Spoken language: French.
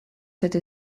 cette